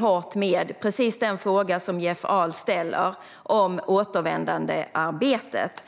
hårt med precis det som Jeff Ahl ställde en fråga om: återvändandearbetet.